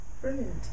Brilliant